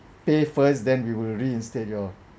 pay first then we will reinstate your